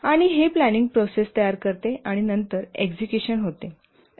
आणि हे planning process तयार करते आणि नंतर एक्झिक्युशन होते